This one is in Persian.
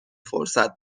فرصت